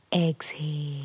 exhale